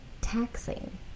taxing